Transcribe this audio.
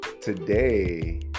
today